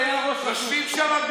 לא צריך.